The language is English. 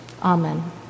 Amen